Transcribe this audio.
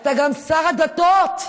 אתה גם שר הדתות.